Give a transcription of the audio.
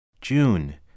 June